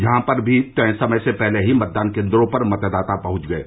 यहां पर भी तय समय से पहले ही मतदान केन्द्रों पर मतदाता पहुंच गये